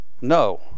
No